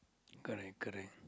correct correct